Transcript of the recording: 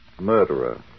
Murderer